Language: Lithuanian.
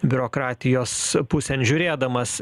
biurokratijos pusėn žiūrėdamas